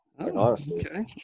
okay